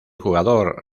jugador